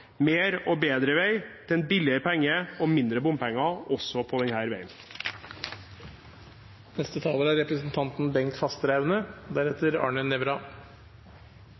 mer og bedre vei til en billigere penge og mindre bruk av bompenger også på denne veien. Det er, som det er blitt sagt tidligere her,